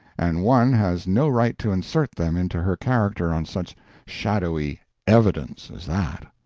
and one has no right to insert them into her character on such shadowy evidence as that.